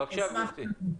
בבקשה, גברתי.